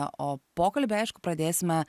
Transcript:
na o pokalbį aišku pradėsime